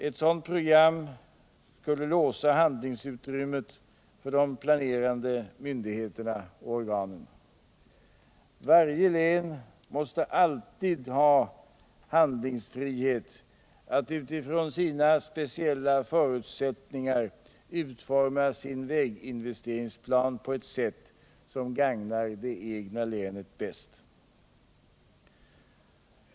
Ett sådant program skulle låsa handlingsutrymmet för de planerande myndigheterna och organen. Varje län måste alltid ha handlingsfrihet att utifrån sina speciella förutsättningar utforma sin väginvesteringsplan på ett sätt som gagnar det egna länet bäst.